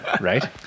Right